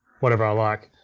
whatever i like.